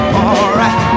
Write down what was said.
alright